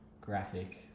graphic